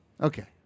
Okay